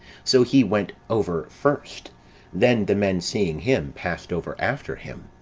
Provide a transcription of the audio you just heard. so he went over first then the men seeing him, passed over after him.